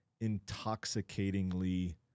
intoxicatingly